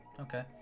Okay